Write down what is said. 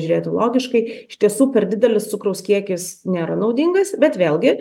žiūrėti logiškai iš tiesų per didelis cukraus kiekis nėra naudingas bet vėlgi